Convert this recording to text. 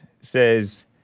says